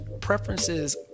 preferences